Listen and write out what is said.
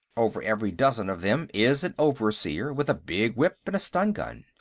over every dozen of them is an overseer with a big whip and a stungun.